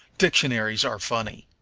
dictionaries are funny.